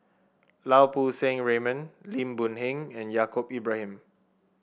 Lau Poo Seng Raymond Lim Boon Heng and Yaacob Ibrahim